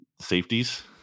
Safeties